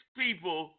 people